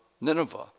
Nineveh